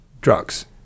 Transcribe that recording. drugs